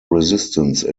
resistance